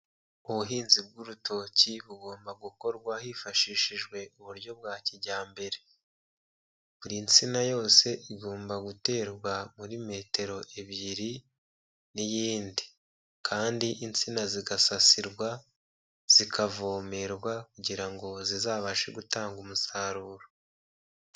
Ubuhinzi bw'urutoki bugomba gukorwa hifashishijwe uburyo bwa kijyambere. Buri nsina yose igomba guterwa muri metero ebyiri n'iyindi. Kandi insina zigasasirwa, zikavomerwa kugira ngo zizabashe gutanga umusaruro.